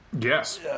Yes